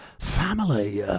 family